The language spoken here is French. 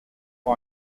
par